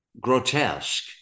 grotesque